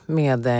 med